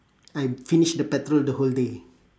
I finish the petrol the whole day